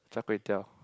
Char-Kway-Teow